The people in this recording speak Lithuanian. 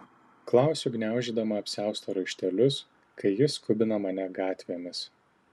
klausiu gniaužydama apsiausto raištelius kai jis skubina mane gatvėmis